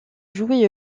jouer